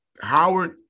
Howard